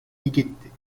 égalité